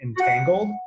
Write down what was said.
entangled